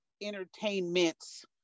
entertainments